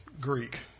Greek